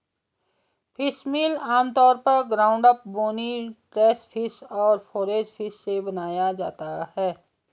fishmeal आमतौर पर ground up, bony trash fish और फोरेज फिश से बनाया जाता है